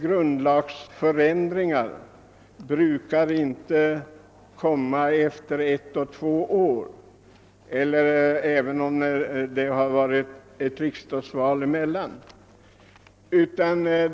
Grundlagsändringar brukar ju inte genomföras på ett eller två år, även om det har ägt rum nyval till riksdagen mellan dessa år.